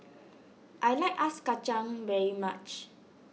I like Ice Kacang very much